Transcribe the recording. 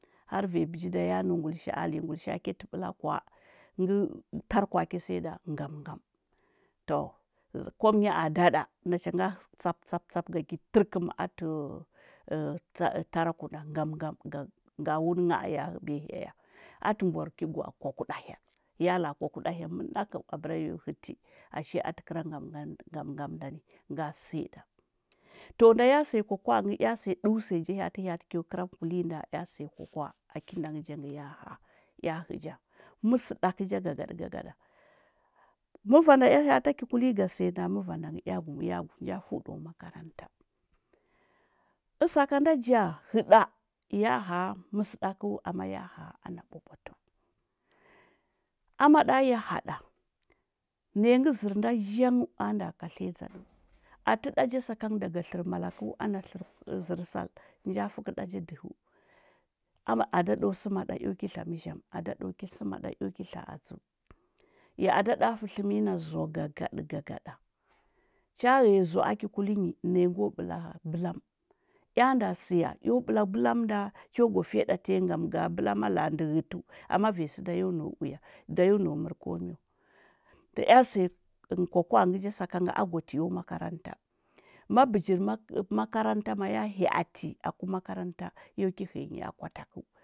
Har vanya bÿi da nda ya nɚu ngulishaa alinya ngulishaa kyatɚ ɓɚla kwa ngɚ tarkua ki siyaɗa ngam ngam. To ngɚ kwamɚnya ada ɗa nacha na whi tsap tsap a gi tɚrkɚm atɚ tarku ɗa ngam ngam nga wunɚ ngha’a ngɚ ya hɚbiya hyaya atɚ mbwar ki gwa’a kwakuɗa hya ya laa kwa kuɗahya mɚnakɚu abɚra yo hɚti ashe atɚ kɚra ngam ngam ndai nga siyaɗa to ndaya siya bwakwa’a ngɚ ea siya ɗɚu siya ja hyaati kyo kɚra kulinyi nda ea siya kwakwa’a, a kinda ngɚ ja ya ha ɛa hɚ ja mɚsɚɗakɚ ja gagaɗɚ gagaɗa mava nda ea hya’ata ki kulinyi ga siya nda ngɚ ea ya nja fɚu ɗo makaranta ɚsakanda ja, hɚɗa, ya ha mɚsɚɗakɚu ama ya ha ana ɓwaɓwatɚu. Amaɗa ga haɗa, naya ngɚ zɚr nda zhangɚu anda dzaɗɚu atɚ ɗa ja sakanga daga tlɚrɚ malakɚu ana tlɚrɚ zɚr sal, nja fɚkɚɗa dɚhɚu ana ada ɗo ki sɚmaɗa eo ki tla adzɚu ya ada ɗa fɚ tlɚmɚnyi na zoa gagaɗɚ gagaɗa cha ghɚya zoa aki kulinyi, naya ngo bɚla bɚlam. ɛa nda siya eo ɓɚla bɚlam nda, cho gwa fiyaɗa fanyi ngam ga bɚlam laa ndɚ ghɚtɚu ama vanyi sɚda yo nau uya gaya nau mɚrɚ komi wa nda ea siya kwa kwa’a ngɚ ja sakanga, a gwatiyo makaranta ma bijir mak makaranta maya hyaati aku makaranta yo ki hɚya nyi akwa takɚu.